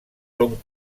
són